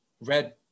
red